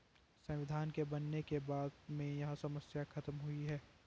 संविधान के बनने के बाद में यह समस्या खत्म हुई है